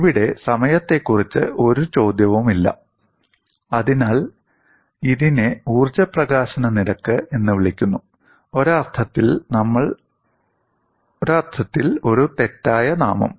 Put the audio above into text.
ഇവിടെ സമയത്തെക്കുറിച്ച് ഒരു ചോദ്യവുമില്ല അതിനാൽ ഇതിനെ ഊർജ്ജ പ്രകാശന നിരക്ക് എന്ന് വിളിക്കുന്നു ഒരർത്ഥത്തിൽ ഒരു തെറ്റായ നാമം